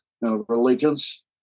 religions